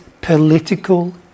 political